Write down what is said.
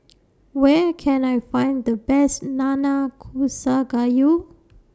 Where Can I Find The Best Nanakusa Gayu